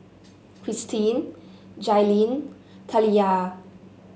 Kirstin Jailyn Taliyah